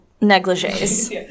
negligees